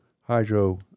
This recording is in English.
hydro